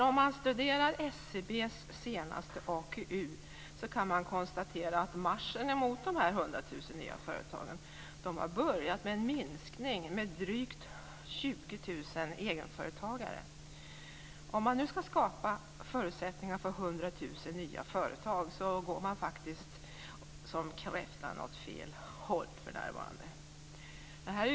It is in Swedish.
Om man dock studerar SCB:s senaste AKU kan man konstatera att marschen mot de 100 000 nya företagen har börjat med en minskning med drygt 20 000 egenföretagare. Om man nu skall skapa förutsättningar för 100 000 nya företag går man faktiskt för närvarande som kräftan åt fel håll.